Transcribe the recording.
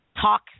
talk